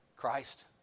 Christ